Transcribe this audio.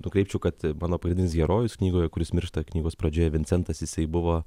nukreipčiau kad mano pagrindinis herojus knygoj kuris miršta knygos pradžioje vincentas jisai buvo